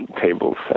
tables